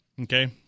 okay